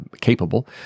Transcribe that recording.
capable